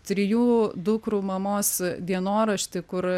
trijų dukrų mamos dienoraštį kur